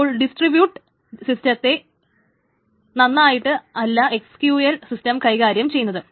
അപ്പോൾ ഡിസ്ട്രിബ്യൂട്ട് റ്റ്സിസ്റ്റത്തെ നന്നായിട്ട് അല്ല എസ്ക്യൂഎൽ സിസ്റ്റം കൈകാര്യം ചെയ്യുന്നത്